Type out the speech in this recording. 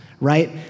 Right